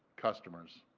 customers.